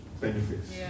benefits